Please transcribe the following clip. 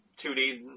2D